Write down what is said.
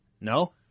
No